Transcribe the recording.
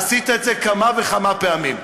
עשית את זה כמה וכמה פעמים.